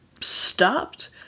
stopped